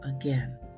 again